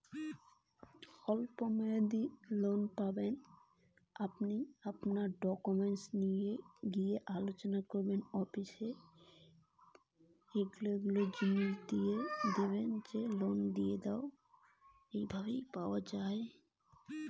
স্বল্প মেয়াদি লোন পাওয়া যায় কেমন করি?